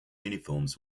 uniforms